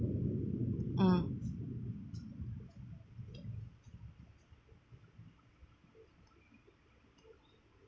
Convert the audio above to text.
mm